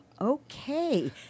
Okay